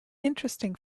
interesting